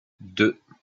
deux